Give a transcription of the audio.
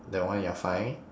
that one you're fine